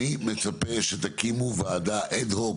אני מצפה שתקימו ועדה אד-הוק,